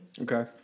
Okay